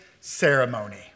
ceremony